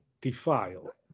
defile